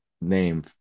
name